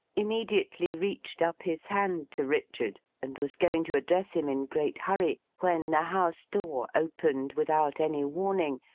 immediately reached up his hand to richard, and was going to address him in great hurry, when the house-door opened without any warning,